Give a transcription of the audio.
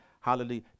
Hallelujah